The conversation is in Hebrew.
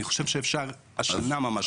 אני חושב שאפשר השנה ממש.